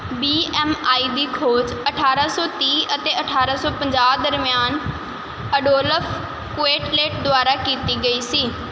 B M I ਦੀ ਖੋਜ ਅਠਾਰਾਂ ਸੌ ਤੀਹ ਅਤੇ ਅਠਾਰਾਂ ਸੌ ਪੰਜਾਹ ਦਰਮਿਆਨ ਅਡੋਲਫ ਕੁਏਟਲੇਟ ਦੁਆਰਾ ਕੀਤੀ ਗਈ ਸੀ